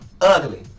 Ugly